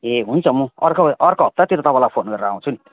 ए हुन्छ म अर्को अर्को हप्तातिर तपाईँलाई फोन गरेर आउँछु नि